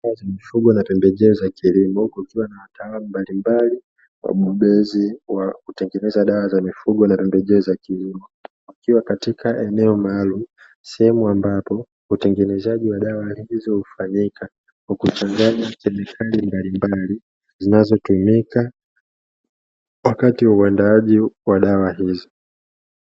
Dawa za mifugo na pembejeo za kilimo kukiwa na wataalamu mbalimbali, wabobezi wa kutengeneza dawa za mifugo na pembejeo za kilimo wakiwa katika eneo maalumu. Sehemu ambapo utengenezaji wa dawa hizo hufanyika kwa kuchanganya kemikali mbalimbali zinazotumika wakati wa uandaaji wa dawa hizo.